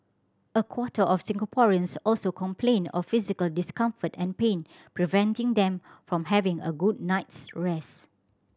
a quarter of Singaporeans also complained of physical discomfort and pain preventing them from having a good night's rest